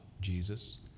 Jesus